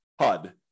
HUD